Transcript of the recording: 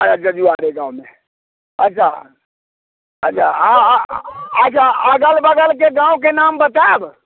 अच्छा जजुआरे गाँवमे अच्छा अच्छा अहाँ अच्छा अगल बगलके गाँवके नाम बतायब